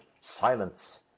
silence